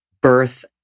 birth